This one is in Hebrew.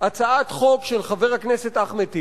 הצעת חוק של חבר הכנסת אחמד טיבי,